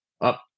Up